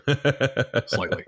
Slightly